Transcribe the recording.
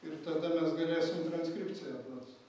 ir tada mes galėsim transkripciją duot